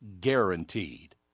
guaranteed